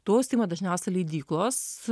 tuo užsiima dažniausiai leidyklos